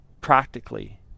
practically